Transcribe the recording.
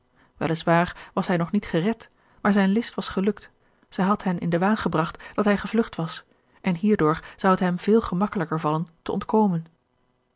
waar was hij nog niet gered maar zijne list was gelukt zij had hen in den waan gebragt dat hij gevlugt was en hierdoor zou het hem veel gemakkelijker vallen te ontkomen